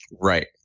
right